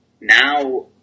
now